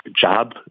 Job